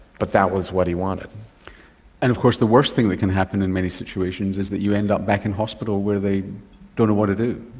but that was what he wanted. and of course the worst thing that can happen in many situations is that you end up back in hospital where they don't know what to do,